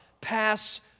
pass